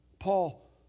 Paul